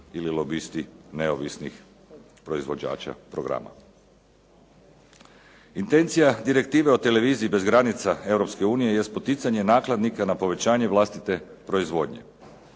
ili lobisti neovisnih proizvođača programa. Intencija Direktive o televiziji bez granica Europske unije jest poticanje nakladnika na povećanje vlastite proizvodnje.